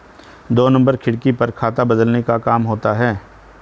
दो नंबर खिड़की पर खाता बदलने का काम होता है